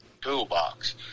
toolbox